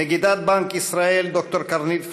נגידת בנק ישראל ד"ר קרנית פלוג,